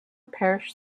parish